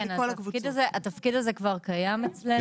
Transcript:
התפקיד הזה כבר קיים אצלנו.